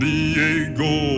Diego